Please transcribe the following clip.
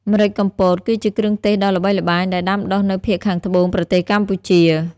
ម្រេចកំពត គឺជាគ្រឿងទេសដ៏ល្បីល្បាញ ដែលដាំដុះនៅភាគខាងត្បូងប្រទេសកម្ពុជា។